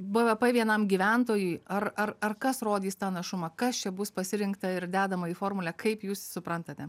bvp vienam gyventojui ar ar ar kas rodys tą našumą kas čia bus pasirinkta ir dedama į formulę kaip jūs suprantate